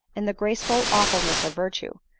in the graceful awfulness of virtue,